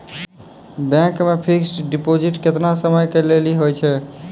Bank मे fixed deposit केतना समय के लेली होय छै?